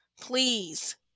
Please